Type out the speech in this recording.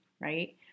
right